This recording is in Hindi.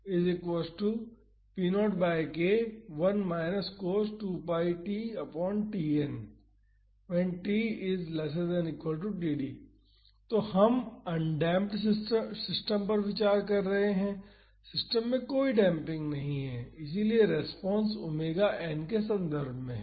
तो हम अनडेमप्ड सिस्टम पर विचार कर रहे हैं सिस्टम में कोई डेम्पिंग नहीं है इसलिए रेस्पॉन्स ओमेगा एन के संदर्भ में है